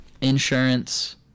insurance